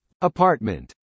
Apartment